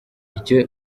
icyo